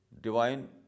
divine